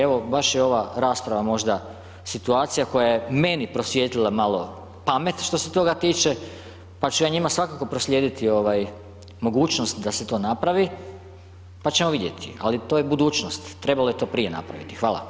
Evo, baš je ova rasprava, možda situacija, koja je meni prosvijetila malo pamet, što se toga tiče, pa ću ja njima svakako proslijediti mogućnost da se to napravi, pa ćemo vidjeti, ali to je budućnost, trebalo je to prije napraviti, hvala.